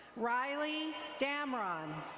riley damron.